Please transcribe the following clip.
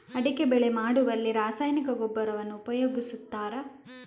ಅಡಿಕೆ ಬೆಳೆ ಮಾಡುವಲ್ಲಿ ರಾಸಾಯನಿಕ ಗೊಬ್ಬರವನ್ನು ಉಪಯೋಗಿಸ್ತಾರ?